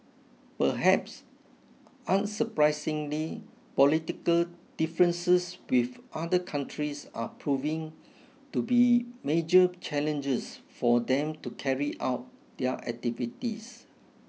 perhaps unsurprisingly political differences with other countries are proving to be major challenges for them to carry out their activities